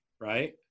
right